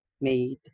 made